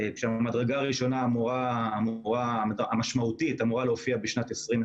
כשהמדרגה הראשונה המשמעותית אמורה להופיע בשנת 2024,